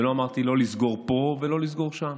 ולא אמרתי לא לסגור פה ולא לסגור שם.